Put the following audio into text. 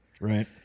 Right